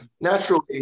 naturally